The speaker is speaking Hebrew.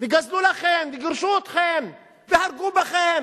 גזלו לכם, וגרשו אתכם, והרגו בכם,